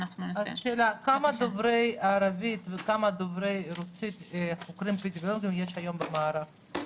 כמה חוקרים אפידמיולוגים דוברי ערבית וכמה דוברי רוסית יש היום במערך?